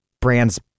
brand's